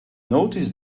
notice